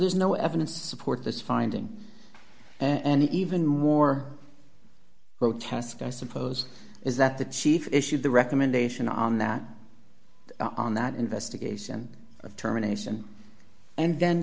there's no evidence to support this finding and even more grotesque i suppose is that the chief issue the recommendation on that on that investigation of terminations and then